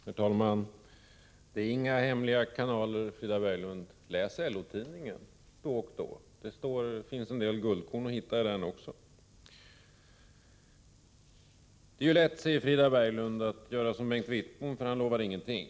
Herr talman! Det är inga hemliga kanaler, Frida Berlund. Läs LO tidningen då och då! Det finns en del guldkorn i den också. Det är lätt, säger Frida Berglund, att göra som Bengt Wittbom — han lovar ingenting.